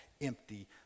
empty